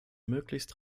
möglichst